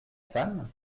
femme